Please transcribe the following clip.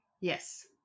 Yes